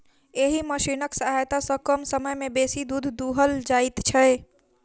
एहि मशीनक सहायता सॅ कम समय मे बेसी दूध दूहल जाइत छै